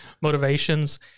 motivations